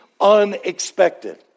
unexpected